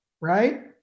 right